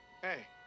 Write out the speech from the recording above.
Hey